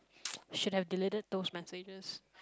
should have deleted those messages